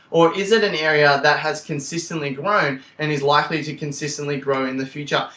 or is it an area that has consistently grown and is likely to consistently grow in the future?